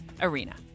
arena